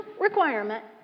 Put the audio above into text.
requirement